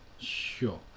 sure